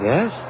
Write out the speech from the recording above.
Yes